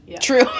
True